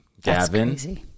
Gavin